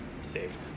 saved